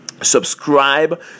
subscribe